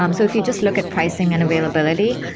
um so if you just look at pricing and availability,